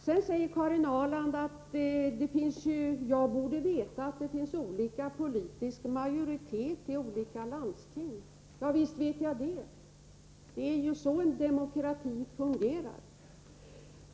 Vidare säger Karin Ahrland att jag borde veta att det finns olika politisk majoritet i olika landsting. Visst vet jag det. Det är ju så en demokrati fungerar.